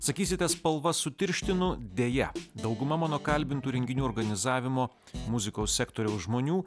sakysite spalvas sutirštinu deja dauguma mano kalbintų renginių organizavimo muzikos sektoriaus žmonių